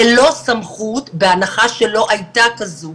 ללא סמכות, בהנחה שלא הייתה כזו.